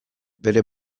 bere